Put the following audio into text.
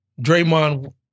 Draymond